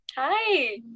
Hi